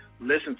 listen